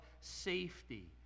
safety